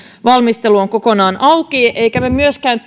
valmistelu on kokonaan auki emmekä me myöskään